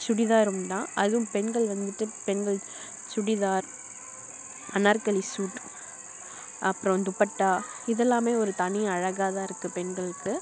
சுடிதாரும் தான் அதுவும் பெண்கள் வந்துட்டு பெண்கள் சுடிதார் அனார்கலி சூட்டு அப்புறம் துப்பட்டா இதெல்லாம் ஒரு தனி அழகாக தான் இருக்குது பெண்களுக்கு